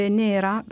nera